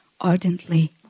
ardently